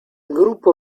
gruppo